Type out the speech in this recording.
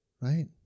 right